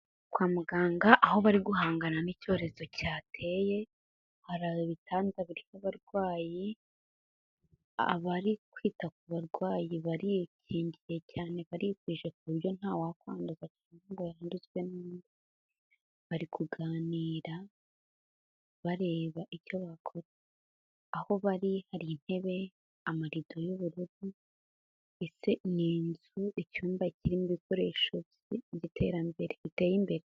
Kwa muganga aho bari guhangana n'icyorezo cyateye, hari ibitanda birimo abarwayi, abari kwita ku barwayi barikingiye cyane, barikwije ku buryo nta wakwanduza cyangwa ngo yanduzwe, bari kuganira bareba icyo bakora. Aho bari hari intebe, amarido y'ubururu, ndetse ni inzu, icyumba kirimo ibikoresho by'iterambere riteye imbere.